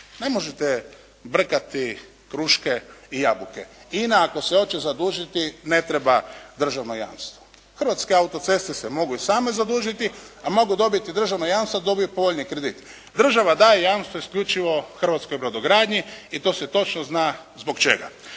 Ne možete brkati kruške i jabuke. INA ako se hoće zadužiti ne treba državno jamstvo. Hrvatske auto-ceste se mogu same zadužiti a mogu dobiti državno jamstvo da dobiju povoljni kredit. Država daje jamstvo isključivo hrvatskoj brodogradnji i to se točno zna zbog čega.